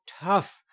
tough